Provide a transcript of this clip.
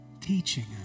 teaching